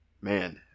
Man